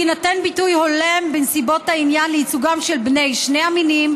יינתן ביטוי הולם בנסיבות העניין לייצוגם של בני שני המינים,